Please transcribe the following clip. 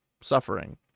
suffering